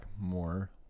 more